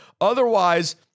Otherwise